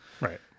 right